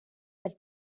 but